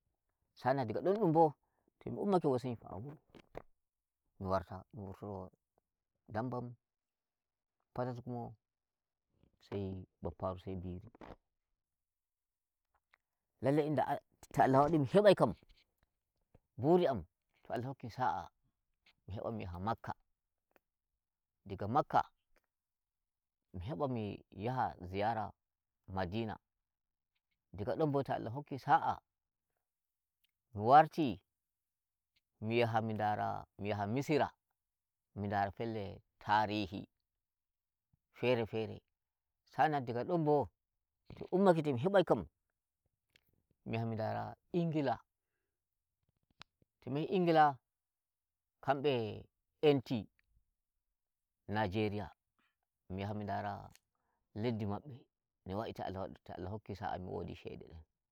Sa'an nan daga ɗon ɗum bo sai mi fa'a wuro, mi warta mi wurtoro dambam falaskumo. sai bappawu sai biyu lallai in da to Allah wadin mi heɓikam, buri am to Allah hokke sa'a mi heɓa mi yaha makka, daga makka mi heɓa mi yaha ziyara madina diga don bo to Allah hokki sa'a mi warti, mi yaha mi dara mi yaha misira mi yaha mi dara fellere tarihi fere fere. Sa'an nan daga ɗon bo to mi ummake to mi heɓai kam mi yaha mi dara England, to mi yahi England hanɓe enti Nigeria mi yaha mi dara leddi maɓɓe no wa'i to Allah to Allah hokki sa'a mi wodi shede.